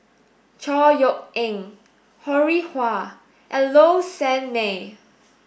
Chor Yeok Eng Ho Rih Hwa and Low Sanmay